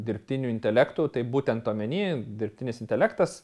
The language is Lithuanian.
dirbtiniu intelektu tai būtent omeny dirbtinis intelektas